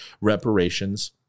reparations